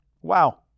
Wow